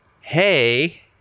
hey